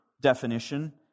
definition